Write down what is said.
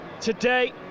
today